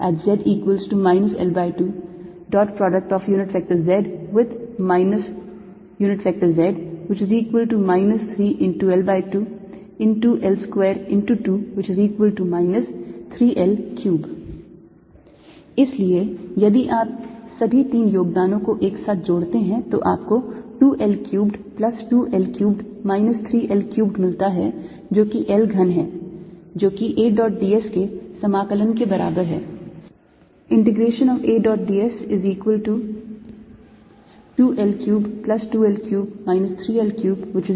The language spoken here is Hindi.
z L2z z 3×L2L2×2 3L3 इसलिए यदि आप सभी तीन योगदानों को एक साथ जोड़ते हैं तो आपको 2 L cubed plus 2 L cubed minus 3 L cubed मिलता है जो कि L घन है जो कि A dot d s के समाकलन के बराबर है